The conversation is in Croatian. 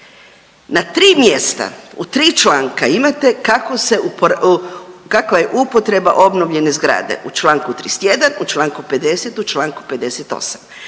na tri mjesta u tri članka imate kako se, kakva je upotreba obnovljene zgrade u čl. 31., u čl. 50., u čl. 58.,